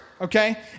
okay